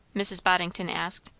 mrs. boddington asked.